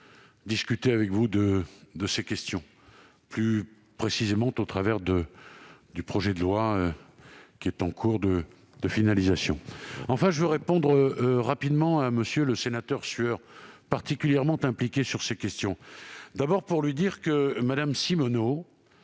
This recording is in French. discuter ensemble de ces questions plus précisément au travers du projet de loi qui est en cours de finalisation. Enfin, je veux répondre rapidement à M. le sénateur Sueur, qui est particulièrement impliqué sur ces questions. Premièrement, Mme Simonnot,